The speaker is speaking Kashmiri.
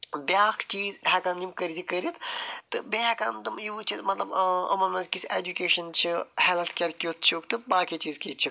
بیٛاکھ چیٖز ہیٚکَن یِم کٔرتھ یہِ کٔرِتھ تہٕ بیٚیہِ ہیٚکَن تِم یِم یہِ وُچھِتھ مطلب ٲں یِمَن منٛز کِژھ ایٚجوکیشَن چھِ ہیٚلٕتھ کِیر کیٛتھ چھُکھ تہٕ باقٕے چیٖز کِتھۍ چھِکھ